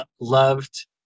loved